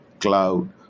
cloud